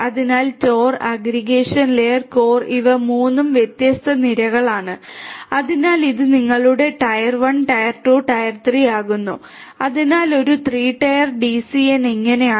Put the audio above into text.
അതിനാൽ TOR aggregation core ഇവ 3 വ്യത്യസ്ത നിരകളാണ് അതിനാൽ ഇത് നിങ്ങളുടെ ടയർ 1 ടയർ 2 ടയർ 3 ആകുന്നു അതിനാൽ ഒരു 3 ടയർ ഡിസിഎൻ ഇങ്ങനെയാണ്